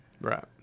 Right